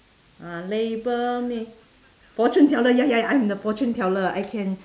uh label mean fortune teller ya ya I'm the fortune teller I can